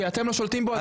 כשאתם לא שולטים בו אז ,